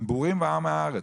הם בורים ועמי הארצות.